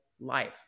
life